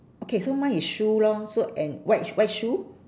okay so mine is shoe lor so and white white shoe